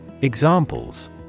Examples